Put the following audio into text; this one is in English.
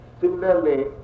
Similarly